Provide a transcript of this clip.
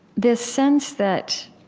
this sense that,